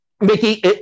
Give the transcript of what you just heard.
Mickey